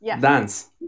Dance